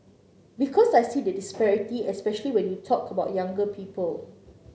because I see the disparity especially when you talk about younger people